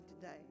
today